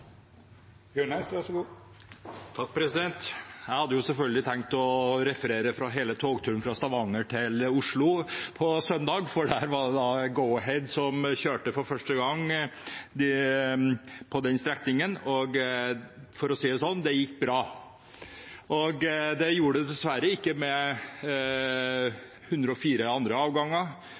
Jeg hadde selvfølgelig tenkt å referere fra hele togturen fra Stavanger til Oslo på søndag, for det var Go-Ahead som kjørte på den strekningen – for første gang. For å si det slik: Det gikk bra! Det gjorde det dessverre ikke med 104 andre avganger,